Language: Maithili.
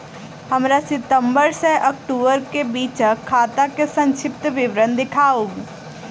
हमरा सितम्बर सँ अक्टूबर केँ बीचक खाता केँ संक्षिप्त विवरण देखाऊ?